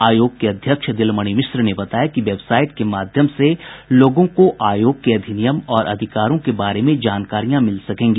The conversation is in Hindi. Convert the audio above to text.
आयोग की अध्यक्ष दिलमणि मिश्र ने बताया कि वेबसाईट के माध्यम से लोगों को आयोग के अधिनियिम और अधिकारों के बारे में जानकारी मिल सकेगी